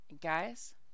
guys